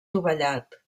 dovellat